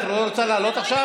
את לא רוצה לעלות ולדבר עכשיו?